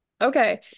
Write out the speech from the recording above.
Okay